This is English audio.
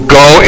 go